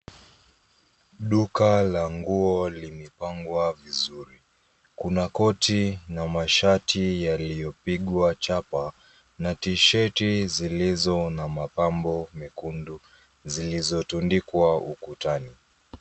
Duka la nguo limepangwa vizuri. Kuna koti na mashati yaliyopigwa chapa na tisheti zilizo na mapambo mekundu zilizotundikwa ukutani.